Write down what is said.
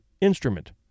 instrument